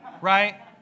right